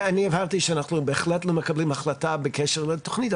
אני הבהרתי שאנחנו בהחלט לא מקבלים החלטה בקשר לתכנית,